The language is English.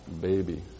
baby